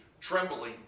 trembling